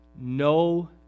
no